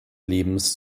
lebens